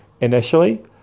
initially